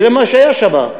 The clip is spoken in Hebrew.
תראה מה שהיה שם.